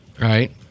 right